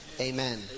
Amen